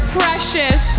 precious